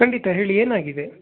ಖಂಡಿತಾ ಹೇಳಿ ಏನಾಗಿದೆ